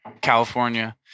California